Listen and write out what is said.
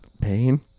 Pain